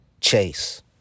Chase